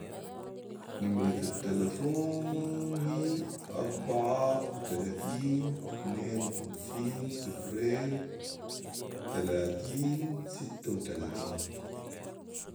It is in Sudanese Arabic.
نمرة التلفون هي اربعه وتلاتين اتنين وخمسين صفرين تلاتين سته وتلاتين